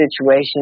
situation